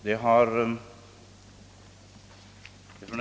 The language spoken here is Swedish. Herr talman!